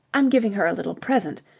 i'm giving her a little present.